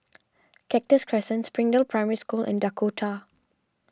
Cactus Crescent Springdale Primary School and Dakota